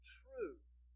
truth